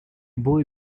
boy